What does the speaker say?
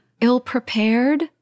ill-prepared